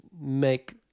make